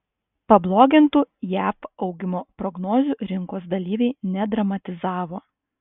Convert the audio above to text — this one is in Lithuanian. pablogintų jav augimo prognozių rinkos dalyviai nedramatizavo